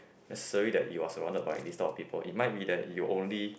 necessary that you are surrounded by this type of people it might be that you only